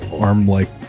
arm-like